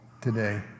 today